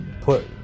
put